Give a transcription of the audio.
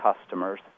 customers